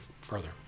further